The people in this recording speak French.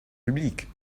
publiques